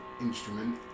instrument